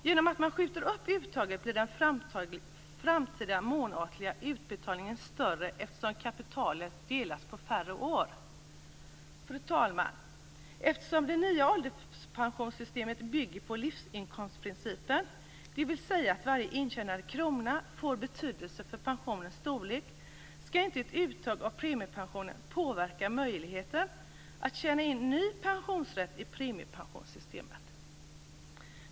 Genom att man skjuter upp uttaget blir den framtida månatliga utbetalningen större, eftersom kapitalet delas på färre år. Fru talman! Eftersom det nya ålderspensionssystemet bygger på livsinkomstprincipen, dvs. att varje intjänad krona får betydelse för pensionens storlek, skall ett uttag av premiepensionen inte påverka möjligheten att tjäna in ny pensionsrätt i premiepensionssystemet.